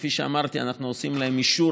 כפי שאמרתי אנחנו עושים להם אישור